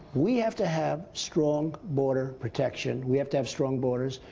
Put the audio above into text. we have to have strong border protection. we have to have strong borders.